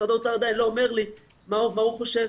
משרד האוצר עדיין לא אומר לי מה הוא חושב